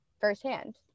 firsthand